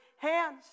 hands